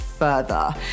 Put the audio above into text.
further